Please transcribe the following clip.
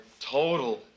Total